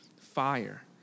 fire